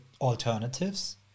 alternatives